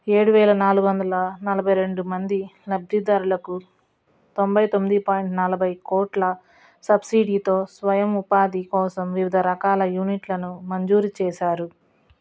ఏడు వేల నాలుగు వందల నలభై రెండు మంది లబ్ధిదారులకు తొంభై తొమ్మిది పాయింట్ నలభై కోట్ల సబ్సిడీతో స్వయం ఉపాధి కోసం వివిధ రకాల యూనిట్లను మంజూరు చేసారు